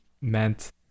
meant